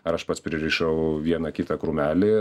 ar aš pats pririšau vieną kitą krūmelį